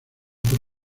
por